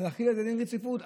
להחיל עליהם דין רציפות,